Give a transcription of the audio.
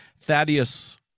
Thaddeus